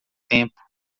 tempo